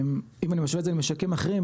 אם אני משווה את זה למשקים אחרים,